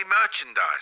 merchandise